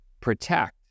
protect